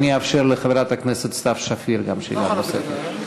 אני אאפשר לחברת הכנסת סתיו שפיר גם שאלה נוספת.